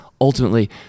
ultimately